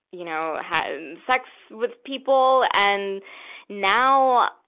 you know, had sex with people. and now,